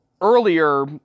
earlier